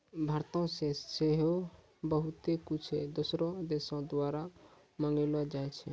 भारतो से सेहो बहुते कुछु दोसरो देशो द्वारा मंगैलो जाय छै